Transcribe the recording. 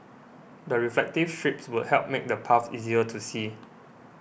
the reflective strips would help make the paths easier to see